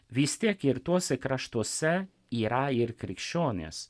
vis tiek ir tuose kraštuose yra ir krikščionys